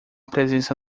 presença